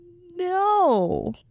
No